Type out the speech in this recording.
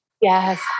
Yes